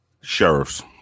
Sheriffs